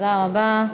תודה רבה.